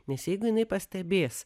nes jeigu jinai pastebės